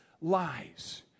lies